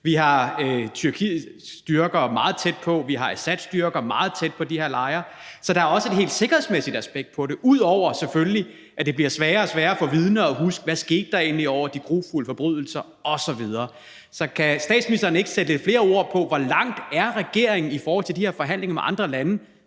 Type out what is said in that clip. Vi har Tyrkiets styrker meget tæt på, vi har Assads styrker meget tæt på de her lejre, så der er også et helt sikkerhedsmæssigt aspekt i det, ud over at det selvfølgelig bliver sværere og sværere for vidner at huske, hvad der egentlig skete under de grufulde forbrydelser osv. Kan statsministeren ikke sætte lidt flere ord på, hvor langt regeringen er i forhold til de her forhandlinger med andre lande,